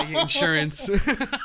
Insurance